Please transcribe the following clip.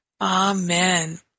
Amen